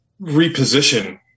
reposition